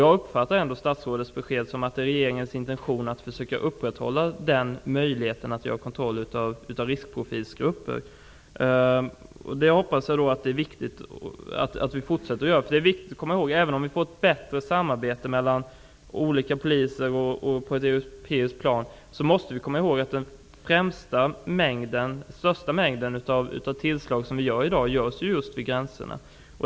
Jag uppfattar statsrådets besked så, att det är regeringens intention att försöka upprätthålla möjligheten att göra kontroll av riskprofilsgrupper. Detta hoppas jag kommer att ske även i fortsättningen. Även om vi får ett bättre samarbete mellan olika poliser på ett europeiskt plan, måste man komma ihåg att den största mängden tillslag i dag görs just vid gränserna.